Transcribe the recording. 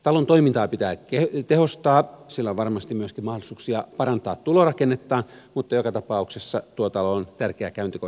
talon toimintaa pitää tehostaa sillä on varmasti myöskin mahdollisuuksia parantaa tulorakennettaan mutta joka tapauksessa tuo talo on tärkeä käyntikortti suomelle